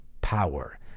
power